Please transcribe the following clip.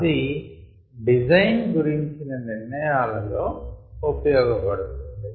అది డిసైన్ గురించిన నిర్ణయాలలో ఉపయోగపడుతుంది